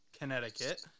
Connecticut